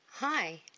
Hi